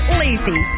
lazy